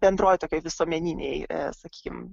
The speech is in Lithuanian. bendroj tokioj visuomeninėj sakykim